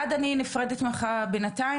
התופעה באופן כללי של הבאת עובדים זרים לישראל,